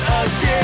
again